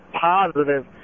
positive